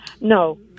No